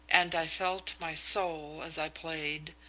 and i felt my soul as i played,